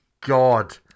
God